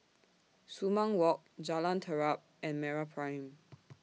Sumang Walk Jalan Terap and Meraprime